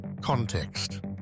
context